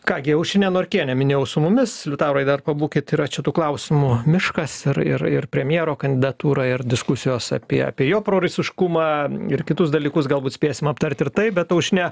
ką gi aušrinė norkienė minėjau su mumis liutaurai dar pabūkit yra čia tų klausimų miškas ir ir ir premjero kandidatūra ir diskusijos apie apie jo prorusiškumą ir kitus dalykus galbūt spėsim aptarti ir taip bet aušrine